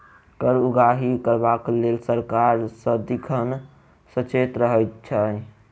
कर उगाही करबाक लेल सरकार सदिखन सचेत रहैत छै